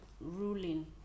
ruling